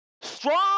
strong